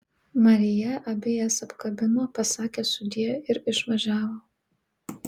marija abi jas apkabino pasakė sudie ir išvažiavo